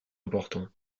important